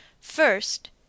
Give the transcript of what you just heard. First